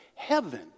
heaven